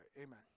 amen